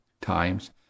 times